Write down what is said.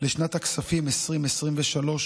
לשנת הכספים 2023,